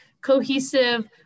cohesive